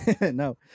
no